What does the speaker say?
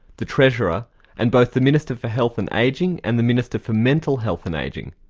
the treasurer and both the minister for health and ageing and the minister for mental health and ageing.